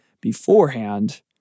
beforehand